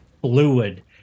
fluid